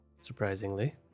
surprisingly